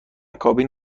کابین